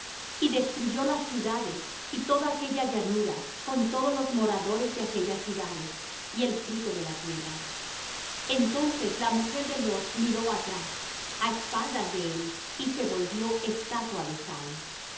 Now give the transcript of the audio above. y destruyó las ciudades y toda aquella llanura con todos los moradores de aquellas ciudades y el fruto de la tierra entonces la mujer de lot miró atrás á espaldas de él y se volvió estatua de sal